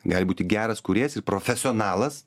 gali būti geras kūrėjas ir profesionalas